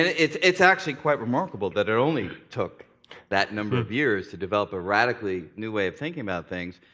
it's it's actually quite remarkable that it only took that number of years to develop a radically new way of thinking about things.